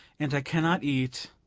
and i cannot eat,